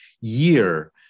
year